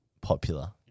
popular